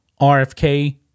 RFK